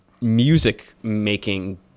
music-making